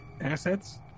assets